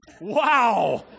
Wow